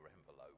envelope